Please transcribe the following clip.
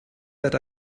that